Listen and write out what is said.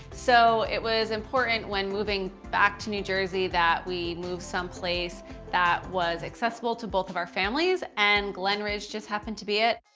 so it was important when moving back to new jersey, that we move some place that was accessible to both of our families, and glenridge just happen to be it.